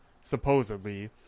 supposedly